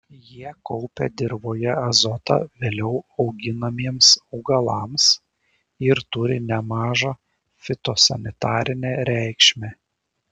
jie kaupia dirvoje azotą vėliau auginamiems augalams ir turi nemažą fitosanitarinę reikšmę